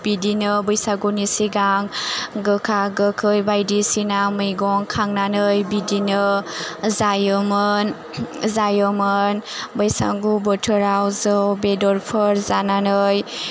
बिदिनो बैसागुनि सिगां गोखा गोखै बायदिसिना मैगं खांनानै बिदिनो जायोमोन जायोमोन बैसागु बोथोराव जौ बेदरफोर जानानै